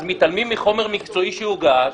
אז מתעלמים מחומר מקצועי שהוגש,